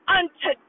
unto